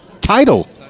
title